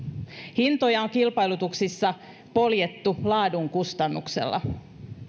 hintoja on kilpailutuksissa poljettu laadun kustannuksella